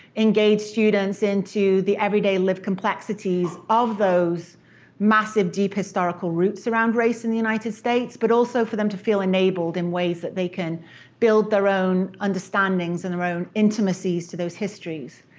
engage students into the everyday lived complexities of those massive deep historical roots around race in the united states, but also for them to feel enabled in ways that they can build their own understandings and their own intimacies to those histories.